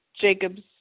Jacob's